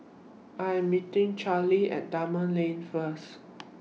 I'm meeting Chelsi At Dunman Lane First